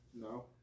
No